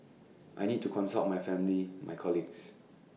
I need to consult my family my colleagues